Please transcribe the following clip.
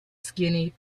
skinny